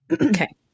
Okay